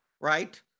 right